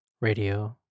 Radio